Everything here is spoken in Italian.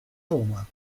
roma